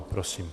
Prosím.